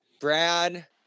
Brad